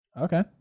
Okay